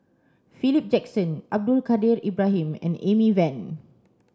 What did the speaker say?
Philip Jackson Abdul Kadir Ibrahim and Amy Van